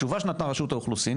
התשובה שנתנה רשות האוכלוסין,